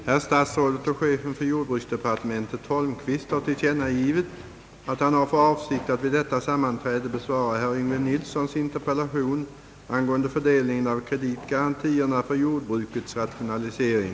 Herr talman! Endast ett par ord till! Vi har ändå beslutat att de aktuella garantiramarna skall vara avsedda för jordbrukets rationalisering. Om vi håller fast härvid, skall naturligtvis tyngdpunkten i dessa ramar läggas på jordbrukets rationalisering.